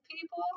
people